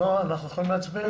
נעה, אנחנו יכולים להצביע?